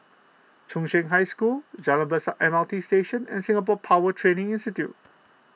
Chung Cheng High School Jalan Besar M R T Station and Singapore Power Training Institute